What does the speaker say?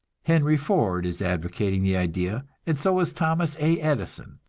henry ford is advocating the idea, and so is thomas a. edison.